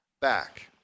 back